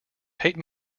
hate